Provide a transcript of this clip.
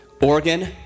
Oregon